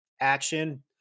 action